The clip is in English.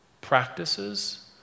practices